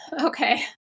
Okay